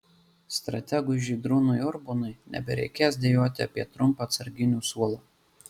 strategui žydrūnui urbonui nebereikės dejuoti apie trumpą atsarginių suolą